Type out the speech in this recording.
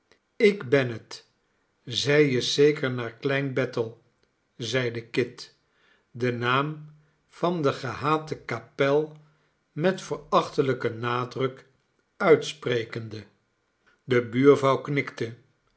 ik ben het zij is zeker naar klein bethel zeide kit den naam van de gehate kapel met verachtelijken nadruk uitsprekende de buurvrouw knikte